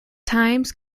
times